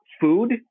food